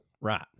Right